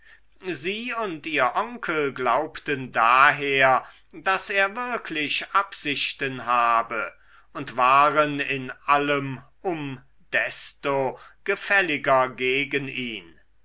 sie und ihr onkel glaubten daher daß er wirklich absichten habe und waren in allem um desto gefälliger gegen ihn